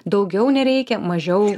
daugiau nereikia mažiau